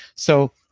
so